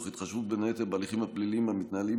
תוך התחשבות בין היתר בהליכים הפליליים המתנהלים,